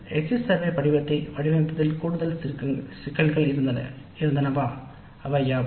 exit survey கணக்கெடுப்பு படிவத்தை வடிவமைப்பதில் கூடுதல் சிக்கல்கள் யாவை